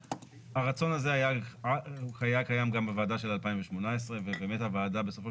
הרצון הזה היה קיים גם בוועדה של 2018. ובאמת הוועדה בסופו